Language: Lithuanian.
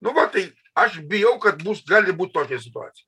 nu va tai aš bijau kad bus gali būt tokia situacija